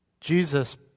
Jesus